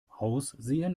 aussehen